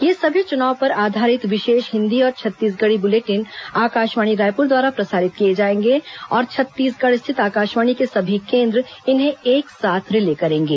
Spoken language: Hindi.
ये सभी चुनाव पर आधारित विशेष हिन्दी और छत्तीसगढ़ी बुलेटिन आकाशवाणी रायपुर द्वारा प्रसारित किए जाएंगे और छत्तीसगढ़ स्थित आकाशवाणी के सभी केन्द्र इन्हें एक साथ रिले करेंगे